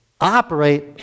operate